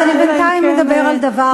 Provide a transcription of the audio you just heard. אז אני בינתיים אדבר על דבר אחר.